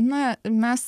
na mes